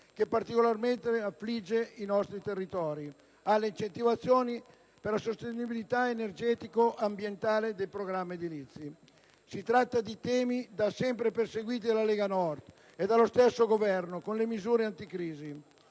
particolarmente i nostri territori); alle incentivazioni per la sostenibilità energetico-ambientale dei programmi edilizi. Si tratta di temi da sempre perseguiti dalla Lega Nord e dallo stesso Governo con le misure anticrisi.